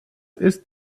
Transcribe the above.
ist